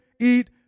eat